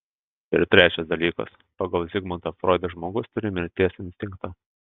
ir trečias dalykas pagal zigmundą froidą žmogus turi mirties instinktą